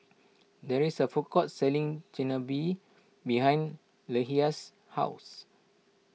there is a food court selling Chigenabe behind Leshia's house